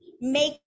make